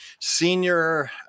senior